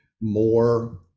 more